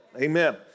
Amen